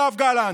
יואב גלנט.